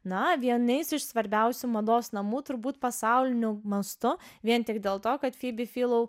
na vienais iš svarbiausių mados namų turbūt pasauliniu mastu vien tik dėl to kad fibi filou